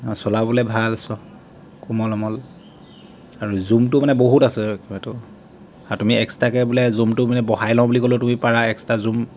আৰু চলাবলৈ ভাল চব কোমল আমল আৰু জুমটো মানে বহুত আছে কেমেৰাটো আৰু তুমি এক্সট্ৰাকৈ বোলে জুমটো বোলে বঢ়াই লওঁ বুলি ক'লেও তুমি পাৰা এক্সট্ৰা জুম